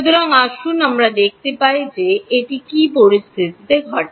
সুতরাং আসুন আমরা দেখতে পাই যে এটি কী পরিস্থিতিতে ঘটে